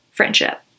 friendship